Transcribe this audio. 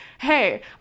hey